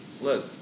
look